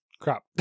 Crap